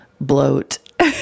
bloat